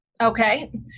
okay